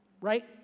Right